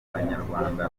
banyarwanda